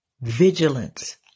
vigilance